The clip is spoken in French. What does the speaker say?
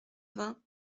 vingts